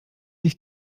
sich